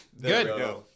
Good